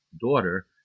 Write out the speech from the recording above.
daughter